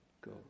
Go